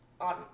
on